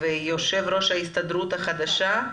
מנכ"ל ההסתדרות החדשה,